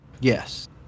Yes